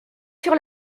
sur